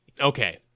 Okay